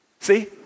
See